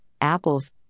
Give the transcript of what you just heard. apples